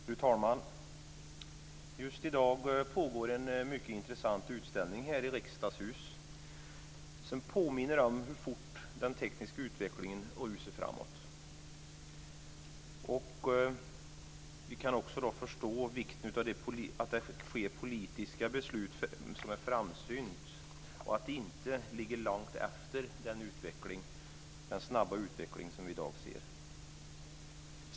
Fru talman! Just i dag pågår en mycket intressant utställning i Riksdagshuset som påminner om hur fort den tekniska utvecklingen rusar framåt. Vi kan då förstå vikten av framsynta politiska beslut och att de inte ligger långt efter den snabba utveckling vi i dag ser.